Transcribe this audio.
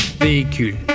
véhicule